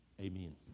Amen